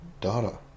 data